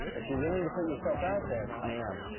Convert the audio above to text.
if you're willing to put yourself out there i am.